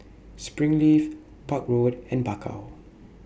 Springleaf Park Road and Bakau